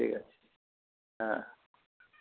ঠিক আছে হ্যাঁ